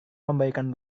memberikan